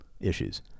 issues